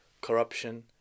corruption